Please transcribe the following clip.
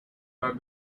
tal